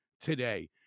today